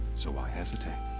so why hesitate?